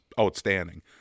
outstanding